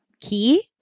key